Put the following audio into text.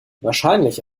wahrscheinlich